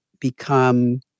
become